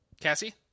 Cassie